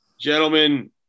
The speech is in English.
Gentlemen